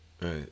right